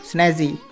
Snazzy